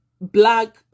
black